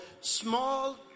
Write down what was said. small